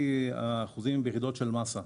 האחוזים ביחידות של מסה,